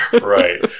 Right